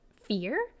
fear